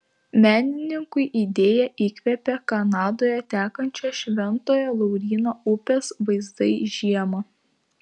menininkui idėją įkvėpė kanadoje tekančios šventojo lauryno upės vaizdai žiemą